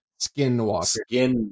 Skinwalker